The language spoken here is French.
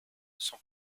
son